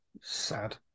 Sad